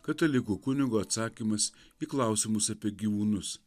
katalikų kunigo atsakymas į klausimus apie gyvūnus